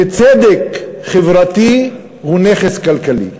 שצדק חברתי הוא נכס כלכלי,